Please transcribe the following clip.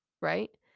right